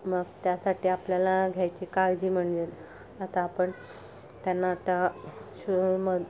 मग त्यासाठी आपल्याला घ्यायची काळजी म्हणजे आता आपण त्यांना त्या शुम